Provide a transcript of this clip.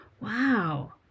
Wow